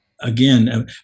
again